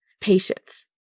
Patience